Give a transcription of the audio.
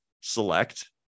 select